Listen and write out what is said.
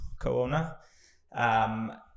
co-owner